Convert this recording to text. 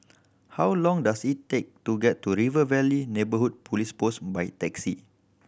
how long does it take to get to River Valley Neighbourhood Police Post by taxi